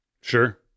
Sure